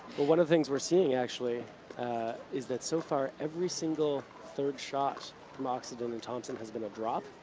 well one of the things we're seeing actually is that so far every single third shot from oxenden and thompson has been a drop.